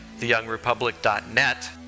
theyoungrepublic.net